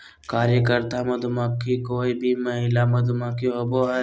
कार्यकर्ता मधुमक्खी कोय भी महिला मधुमक्खी होबो हइ